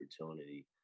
opportunity